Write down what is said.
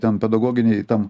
ten pedagoginėj tam